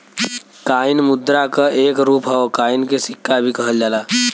coin मुद्रा क एक रूप हौ कॉइन के सिक्का भी कहल जाला